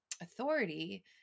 authority